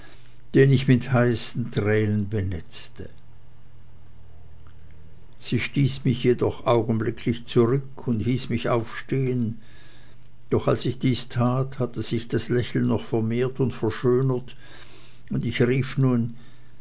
den ich mit heißen tränen benetzte sie stieß mich jedoch augenblicklich zurück und hieß mich aufstehen doch als ich dies tat hatte sich ihr lächeln noch vermehrt und verschönert und ich rief nun